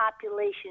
population